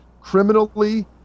criminally